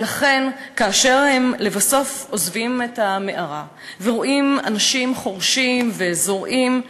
ולכן כאשר הם לבסוף עוזבים את המערה ורואים אנשים חורשים וזורעים,